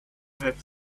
have